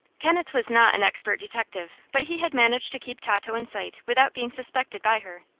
kenneth was not an expert detective, but he had managed to keep tato in sight without being suspected by her.